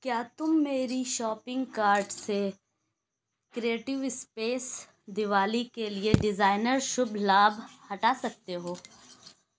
کیا تم میری شاپنگ کارٹ سے کریئٹو اسپیس دیوالی کے لیے ڈیزائنر شبھ لابھ ہٹا سکتے ہو